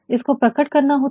उसको प्रकट करना होता है